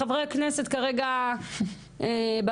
חברי הכנסת כרגע בהפגנות.